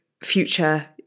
future